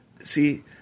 see